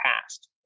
past